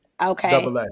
Okay